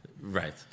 right